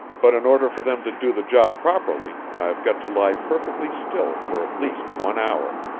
but in order for them to do the job properly i've got to lie perfectly still for at least one hour.